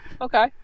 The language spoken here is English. Okay